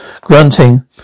grunting